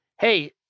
Hey